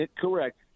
correct